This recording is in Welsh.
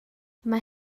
mae